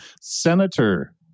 Senator